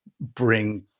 bring